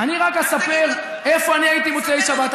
אני רק אספר איפה אני הייתי במוצאי שבת.